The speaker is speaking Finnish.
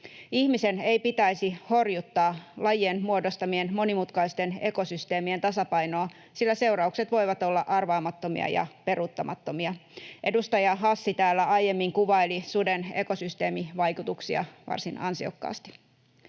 Ihmisen ei pitäisi horjuttaa lajien muodostamien monimutkaisten ekosysteemien tasapainoa, sillä seuraukset voivat olla arvaamattomia ja peruuttamattomia. Edustaja Hassi täällä aiemmin kuvaili suden ekosysteemivaikutuksia varsin ansiokkaasti.